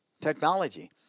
technology